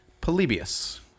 Polybius